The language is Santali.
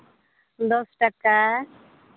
ᱫᱚᱥ ᱴᱟᱠᱟ